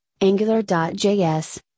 Angular.js